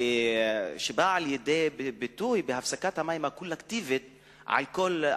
שבאים לידי ביטוי בהפסקת המים הקולקטיבית על כל הכפר.